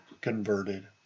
converted